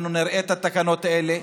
אנחנו נראה את התקנות האלה.